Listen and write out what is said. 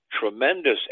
tremendous